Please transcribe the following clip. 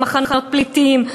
ממחנות פליטים.